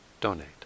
donate